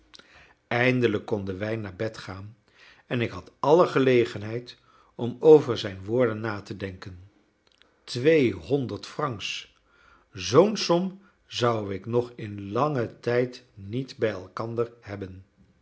eindelijk konden wij naar bed gaan en ik had alle gelegenheid om over zijn woorden na te denken tweehonderd francs zoo'n som zou ik nog in langen tijd niet bij elkander hebben